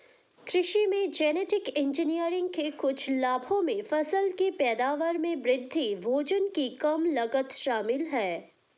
कृषि में genetic engineering के कुछ लाभों में फसल की पैदावार में वृद्धि, भोजन की कम लागत शामिल हैं